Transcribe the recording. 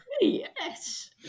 yes